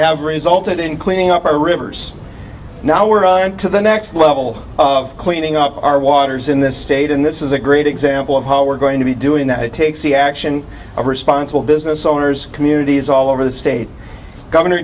have resulted in cleaning up our rivers now we're into the next level of cleaning up our waters in this state and this is a great example of how we're going to be doing that it takes the action of responsible business owners communities all over the state governor